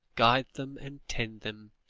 guide them and tend them,